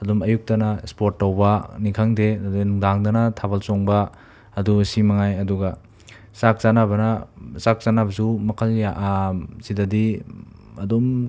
ꯑꯗꯨꯝ ꯑꯌꯨꯛꯇꯅ ꯁ꯭ꯄꯣꯔꯠ ꯇꯧꯕꯅꯤ ꯈꯪꯗꯦ ꯑꯗꯩ ꯅꯨꯡꯗꯥꯡꯗꯅ ꯊꯥꯕꯜ ꯆꯣꯡꯕ ꯑꯗꯣ ꯁꯤ ꯃꯉꯥꯏ ꯑꯗꯨꯒ ꯆꯥꯛ ꯆꯥꯟꯅꯕꯅ ꯆꯥꯛ ꯆꯥꯟꯅꯕꯁꯨ ꯃꯈꯜ ꯌ ꯁꯤꯗꯗꯤ ꯑꯗꯨꯝ